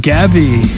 Gabby